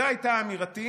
זו הייתה אמירתי,